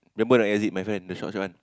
remember a not Azit my friend the short short one